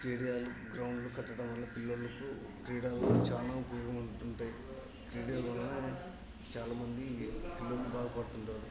స్టేడియాలు గ్రౌండ్లు కట్టడం వల్ల పిల్లలకు క్రీడలు చాలా ఉపయోగం అవుతుంటాయి క్రీడల వల్ల చాలా మంది పిల్లలు బాగుపడుతుంటారు